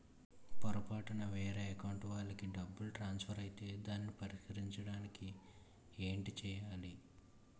పొరపాటున వేరే అకౌంట్ వాలికి డబ్బు ట్రాన్సఫర్ ఐతే దానిని పరిష్కరించడానికి ఏంటి చేయాలి?